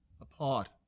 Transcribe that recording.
apart